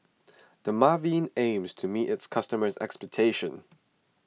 Dermaveen aims to meet its customers' expectations